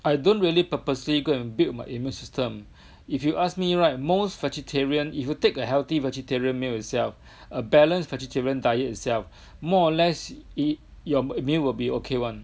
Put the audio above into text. I don't really purposely go and build my immune system if you ask me right most vegetarian if you take a healthy vegetarian meal itself a balanced vegetarian diet itself more or less your meal will be ok [one]